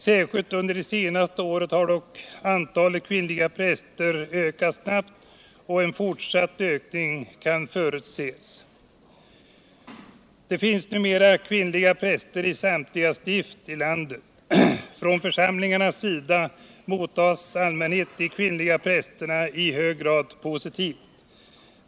Särskilt under de senaste åren har antalet kvinnliga präster emellertid ökat snabbt, och en fortsatt ökning kan förutses. Det finns numera kvinnliga präster i samtliga stift i landet. Från församlingarnas sida mottas i allmänhet de kvinnliga prästerna i hög grad positivt.